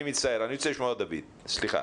אני מצטער, אני רוצה לשמוע את דויד, סליחה.